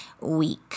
week